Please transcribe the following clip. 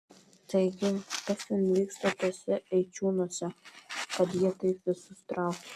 taigi kas ten vyksta tuose eičiūnuose kad jie taip visus traukia